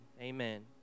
Amen